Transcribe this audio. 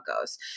goes